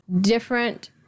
different